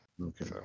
Okay